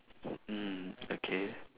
mm okay